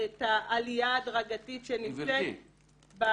את העלייה ההדרגתית שנמצאת,